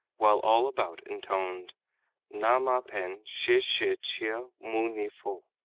while all about intoned na mah pen shih shih chia mou ni fo.